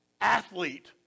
athlete